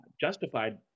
justified